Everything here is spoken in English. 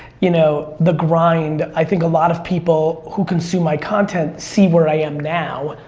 you know, the grind, i think a lot of people who consume my content see where i am now.